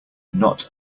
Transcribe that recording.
not